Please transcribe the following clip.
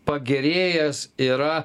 pagerėjęs yra